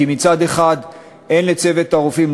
כי מצד אחד אין לצוות העובדים,